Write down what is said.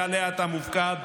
שעליה אתה מופקד,